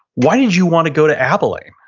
why did you want to go to abilene?